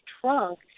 trunk